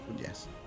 Yes